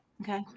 Okay